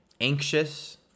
anxious